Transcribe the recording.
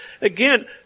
again